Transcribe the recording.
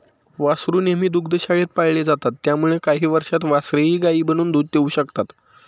वासरू नेहमी दुग्धशाळेत पाळले जातात त्यामुळे काही वर्षांत वासरेही गायी बनून दूध देऊ लागतात